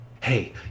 Hey